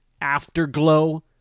afterglow